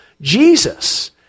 Jesus